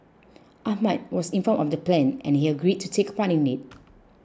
Ahmad was informed of the plan and he agreed to take a part in it